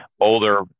older